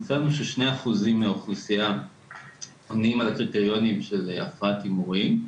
מצאנו ש-2% מהאוכלוסייה עונים על הקריטריונים של הפרעת הימורים.